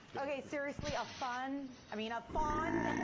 ok, seriously, a fun? i mean, a fawn?